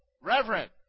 reverend